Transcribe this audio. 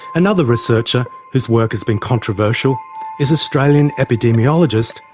another researcher whose work has been controversial is australian epidemiologist,